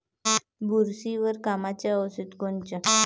बुरशीवर कामाचं औषध कोनचं?